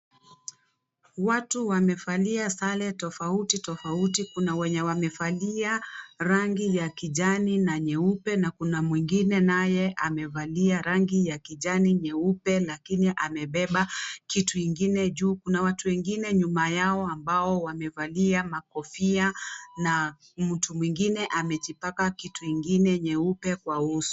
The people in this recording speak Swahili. Watu wamevalia sare tofauti tofauti, kuna wenye wamevalia rangi ya kijani na nyeupe na kuna mwingine naye amevalia rangi ya kijani nyeupe lakini amebeba kitu ingine juu. Kuna watu wengine nyuma yao ambao wamevalia makofia na mtu mwingine amejipaka kitu ingine nyeupe kwa uso.